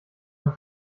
mein